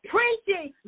preaching